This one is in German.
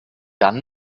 dann